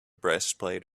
breastplate